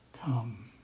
come